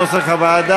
לאותו סעיף,